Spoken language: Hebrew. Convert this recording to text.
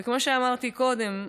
וכמו שאמרתי קודם,